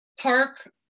Park